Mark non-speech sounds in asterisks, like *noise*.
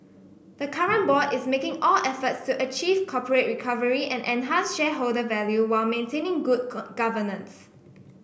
the current board is making all efforts to achieve corporate recovery and enhance shareholder value while maintaining good *unintelligible* governance